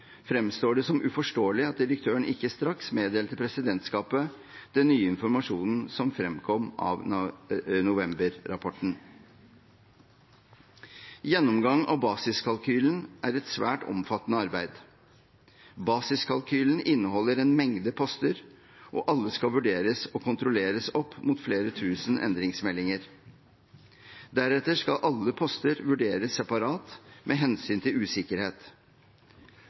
fremstår det som uforståelig at direktøren ikke straks meddelte presidentskapet den nye informasjonen som fremkom av november-rapporten. Gjennomgang av basiskalkylen er et svært omfattende arbeid. Basiskalkylen inneholder en mengde poster, og alle skal vurderes og kontrolleres opp mot flere tusen endringsmeldinger. Deretter skal alle poster vurderes separat med hensyn til usikkerhet.